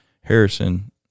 Harrison